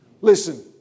Listen